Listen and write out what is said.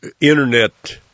internet